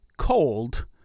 cold